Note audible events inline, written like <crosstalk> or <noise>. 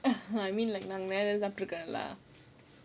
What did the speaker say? <laughs> I mean like நேர்ல சாப்ட்ருக்கீங்ளா:nerla saaptrukeengalaa